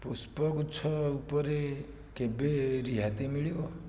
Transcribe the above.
ପୁଷ୍ପଗୁଚ୍ଛ ଉପରେ କେବେ ରିହାତି ମିଳିବ